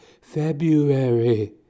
February